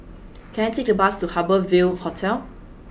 can I take a bus to Harbour Ville Hotel